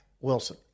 Wilson